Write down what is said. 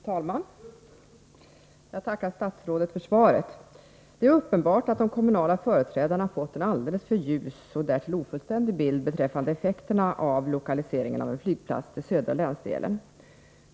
Fru talman! Jag tackar statsrådet för svaret. Det är uppenbart att de kommunala företrädarna har fått en alldeles för ljus och därtill ofullständig bild beträffande effekterna av en lokalisering av en flygplats till den södra länsdelen.